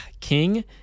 King